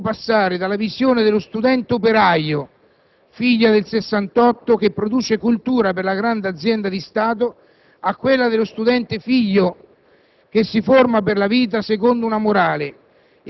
Rovesciare una visione significa appunto passare dalla visione dello studente operaio, figlia del Sessantotto, che produce cultura per la grande azienda di Stato, a quella dello studente figlio,